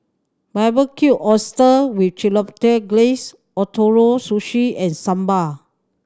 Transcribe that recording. Barbecued Oyster with Chipotle Glaze Ootoro Sushi and Sambar